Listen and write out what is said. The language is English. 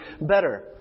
better